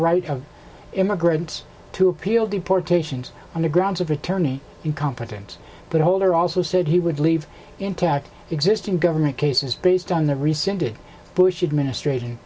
right of immigrants to appeal deportations on the grounds of attorney incompetent but holder also said he would leave intact existing government cases based on the rescinded bush administration